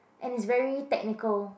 and it's very technical